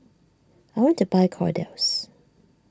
I want to buy Kordel's